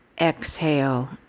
exhale